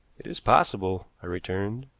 it is possible, i returned.